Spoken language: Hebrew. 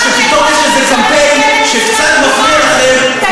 לא שמעתי את ראש הממשלה מגנה את,